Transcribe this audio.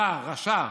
רע, רשע.